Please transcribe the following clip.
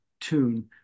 tune